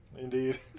indeed